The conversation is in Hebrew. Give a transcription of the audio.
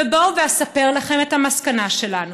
ובואו ואספר לכם את המסקנה שלנו: